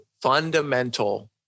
Fundamental